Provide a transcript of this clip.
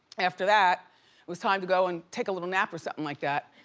after that, it was time to go and take a little nap or something like that.